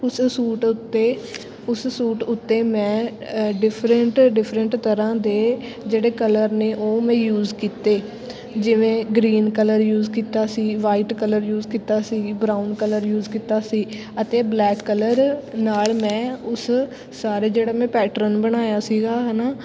ਉਸ ਸੂਟ ਉੱਤੇ ਉਸ ਸੂਟ ਉੱਤੇ ਮੈਂ ਡਿਫਰੈਂਟ ਡਿਫਰੈਂਟ ਤਰ੍ਹਾਂ ਦੇ ਜਿਹੜੇ ਕਲਰ ਨੇ ਉਹ ਮੈਂ ਯੂਜ਼ ਕੀਤੇ ਜਿਵੇਂ ਗਰੀਨ ਕਲਰ ਯੂਜ਼ ਕੀਤਾ ਸੀ ਵਾਈਟ ਕਲਰ ਯੂਜ਼ ਕੀਤਾ ਸੀ ਬਰਾਉਨ ਕਲਰ ਯੂਜ਼ ਕੀਤਾ ਸੀ ਅਤੇ ਬਲੈਕ ਕਲਰ ਨਾਲ ਮੈਂ ਉਸ ਸਾਰੇ ਜਿਹੜਾ ਮੈਂ ਪੈਟਰਨ ਬਣਾਇਆ ਸੀਗਾ ਹੈ ਨਾ